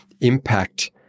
impact